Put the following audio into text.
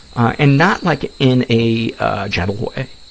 and not like in a gentle way.